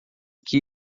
que